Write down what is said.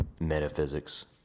metaphysics